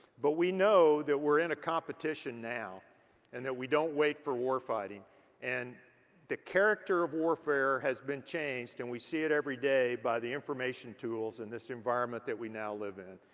but we know that we're in a competition now and that we don't wait for war fighting and the character of warfare has been changed and we see it everyday by the information tools in this environment that we now live in.